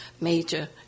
major